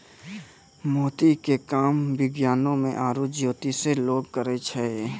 मोती के काम विज्ञानोॅ में आरो जोतिसें लोग करै छै